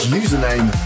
username